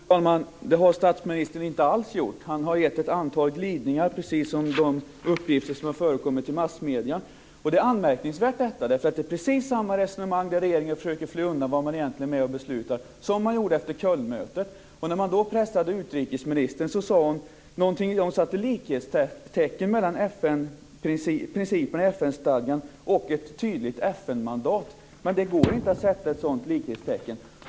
Fru talman! Det har statsministern inte alls gjort. Han har gett ett antal glidningar precis som när det gäller de uppgifter som har förekommit i massmedierna. Det är anmärkningsvärt. Det är precis samma resonemang, där regeringen försöker fly undan det man egentligen är med att besluta om, som man förde efter Kölnmötet. När utrikesministern då pressades satte hon likhetstecken mellan principerna i FN-stadgan och ett tydligt FN-mandat. Men det går inte att sätta ett sådant likhetstecken.